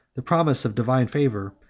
the promise of divine favor,